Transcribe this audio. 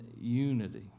unity